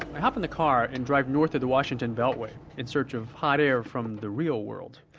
i hop in the car and drive north of the washington beltway, in search of hot air from the real world.